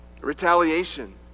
Retaliation